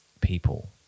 people